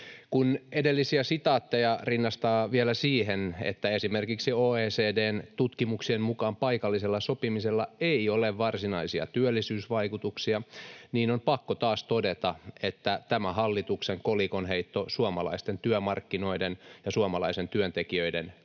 Kun edellisiä sitaatteja rinnastaa vielä siihen, että esimerkiksi OECD:n tutkimuksien mukaan paikallisella sopimisella ei ole varsinaisia työllisyysvaikutuksia, on pakko taas todeta, että tämä hallituksen kolikonheitto suomalaisten työmarkkinoiden ja suomalaisten työntekijöiden